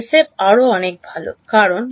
SF আরও অনেক ভাল কারণ